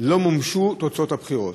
לא מומשו תוצאות הבחירות.